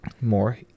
more